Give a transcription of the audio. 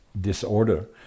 disorder